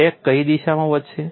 crack કઈ દિશામાં વધશે